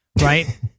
right